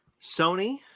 Sony